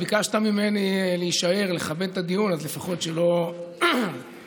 ביקשת ממני להישאר ולכבד את הדיון אז לפחות שלא תצטער,